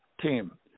team